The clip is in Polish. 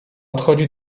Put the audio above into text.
odchodzi